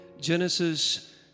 Genesis